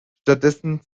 stattdessen